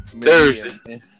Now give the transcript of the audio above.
Thursday